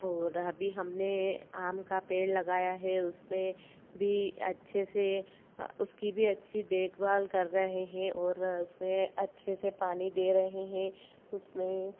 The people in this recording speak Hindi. और अभी हमने आम का पेड़ लगाया है उसमें भी अच्छे से उसकी भी अच्छी देख भाल कर रहे हैं और उसमें अच्छे से पानी दे रहे हैं उसमें